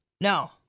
No